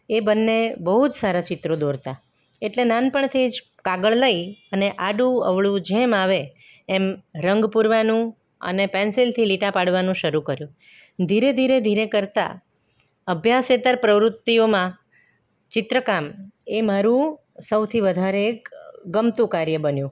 એ બંને બહુ જ સારા ચિત્રો દોરતા એટલે નાનપણથી જ કાગળ લઈ અને આડું અવળું જેમ આવે એમ રંગ પૂરવાનું અને પેન્સિલથી લીટા પાડવાનું શરૂ કર્યું ધીરે ધીરે ધીરે કરતા અભ્યાસેત્તર પ્રવૃત્તિઓમાં ચિત્રકામ એ મારું સૌથી વધારે ગમતું કાર્ય બન્યું